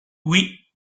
oui